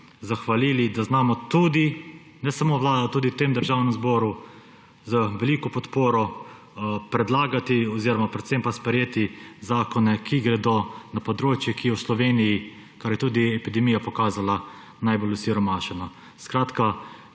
zahvalili, da znamo ne samo vlada, ampak tudi v tem državnem zboru z veliko podporo predlagati, predvsem pa sprejeti zakone, ki gredo na področje, ki je v Sloveniji, kar je tudi epidemija pokazala, najbolj osiromašeno. Skratka,